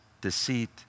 deceit